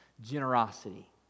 generosity